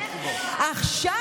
עכשיו,